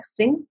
texting